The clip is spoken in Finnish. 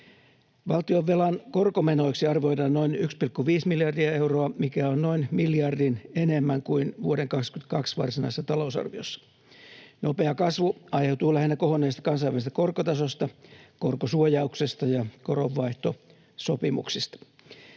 Valtionvelan korkomenoiksi arvioidaan noin 1,5 miljardia euroa, mikä on noin miljardin enemmän kuin vuoden 22 varsinaisessa talousarviossa. Nopea kasvu aiheutuu lähinnä kohonneesta kansainvälisestä korkotasosta, korkosuojauksesta ja koronvaihtosopimuksista.